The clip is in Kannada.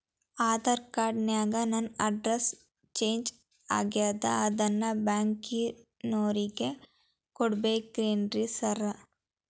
ಆಧಾರ್ ಕಾರ್ಡ್ ನ್ಯಾಗ ನನ್ ಅಡ್ರೆಸ್ ಚೇಂಜ್ ಆಗ್ಯಾದ ಅದನ್ನ ಬ್ಯಾಂಕಿನೊರಿಗೆ ಕೊಡ್ಬೇಕೇನ್ರಿ ಸಾರ್?